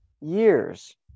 years